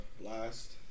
last